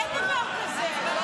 אין דבר כזה.